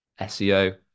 SEO